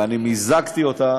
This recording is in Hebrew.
ואני מיזגתי אותה